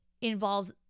involves